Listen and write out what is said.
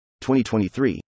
2023